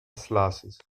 slashes